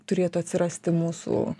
turėtų atsirasti mūsų